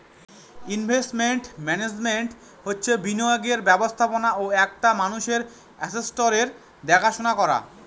investment management হচ্ছে বিনিয়োগের ব্যবস্থাপনা ও একটা মানুষের আসেটসের দেখাশোনা করা